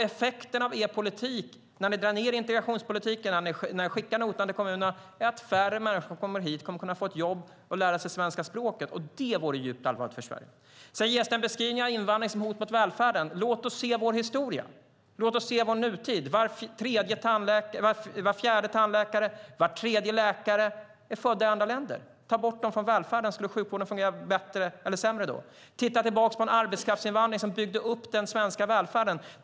Effekterna när ni drar ned integrationspolitiken och skickar notan till kommunerna är att färre människor som kommer hit kommer att kunna få ett jobb och lära sig svenska språket. Det vore djupt allvarligt för Sverige. Det ges en beskrivning av invandring som hot mot välfärden. Låt oss se vår historia och vår nutid. Var fjärde tandläkare och var tredje läkare är född i ett annat land. Om vi tar bort dem från välfärden, skulle sjukvården fungera bättre eller sämre då? Titta tillbaka på den arbetskraftsinvandring som byggde upp den svenska välfärden.